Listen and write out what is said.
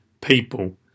people